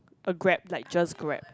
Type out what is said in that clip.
a Grab like just Grab